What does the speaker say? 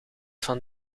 van